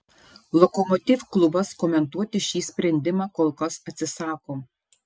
lokomotiv klubas komentuoti šį sprendimą kol kas atsisako